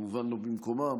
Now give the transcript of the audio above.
וכמובן לא במקומם,